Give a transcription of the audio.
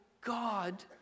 God